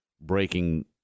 breaking